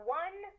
one